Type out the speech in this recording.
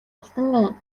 алтан